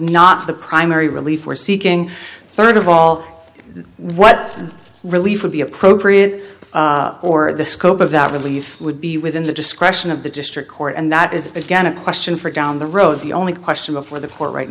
not the primary relief we're seeking third of all what relief would be appropriate or the scope of that relief would be within the discretion of the district court and that is again a question for down the road the only question before the court right